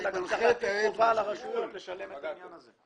אלא גם להטיל חובה על הרשויות לשלם את העניין הזה.